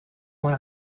one